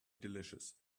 delicious